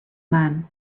man